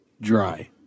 dry